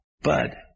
bud